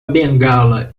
bengala